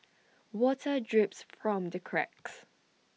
water drips from the cracks